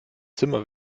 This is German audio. zimmer